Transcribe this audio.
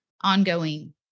ongoing